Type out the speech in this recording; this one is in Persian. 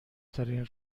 ترین